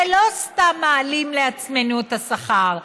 ולא סתם מעלים לעצמנו את השכר,